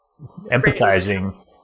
empathizing